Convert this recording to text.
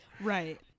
Right